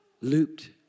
looped